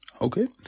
Okay